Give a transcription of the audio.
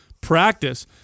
practice